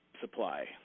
supply